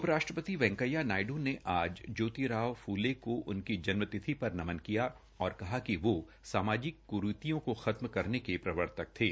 उप राष्ट्रपति वैकेंया नायडू ने आज ज्योतिराव फूले को उनकी जन्म तिथि पर नमन किया और कहा कि वो सामाजिक क्रीतियों को खत्म करने के प्रवर्तक थे